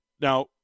Now